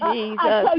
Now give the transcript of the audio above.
Jesus